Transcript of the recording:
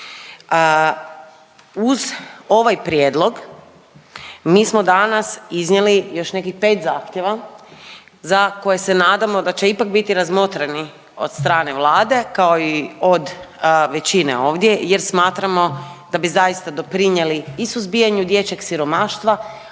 Uz ovaj prijedlog mi smo danas iznijeli još nekih pet zahtjeva za koje se nadamo da će ipak biti razmotreni od strane Vlade kao i od većine ovdje jer smatramo da bi zaista doprinijeli i suzbijanju dječjeg siromaštva,